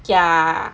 ya